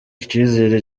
icizere